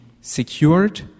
secured